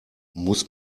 muss